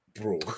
Bro